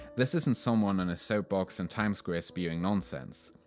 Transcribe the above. this isn't someone on a soapbox in times square spewing nonsense.